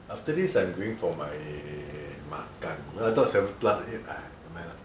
after this I'm going for my makan then I thought seven plus eat !hais! nevermind ah